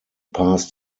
past